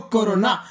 Corona